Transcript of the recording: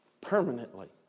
permanently